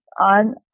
on